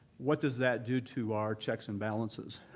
what does that do to our checks and balances?